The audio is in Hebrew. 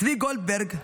צבי גולדברג,